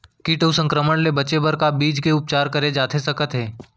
किट अऊ संक्रमण ले बचे बर का बीज के उपचार करे जाथे सकत हे?